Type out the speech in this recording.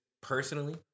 personally